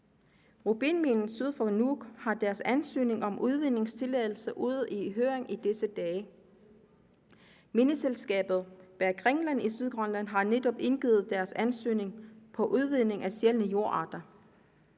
Rubinminen syd for Nuuk har deres ansøgning om udvindingstilladelse ude i høring i disse dage. Mineselskabet bag Kringlerne i Sydgrønland har netop indgivet deres ansøgning om tilladelse til udvinding af sjældne jordarter.